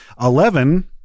Eleven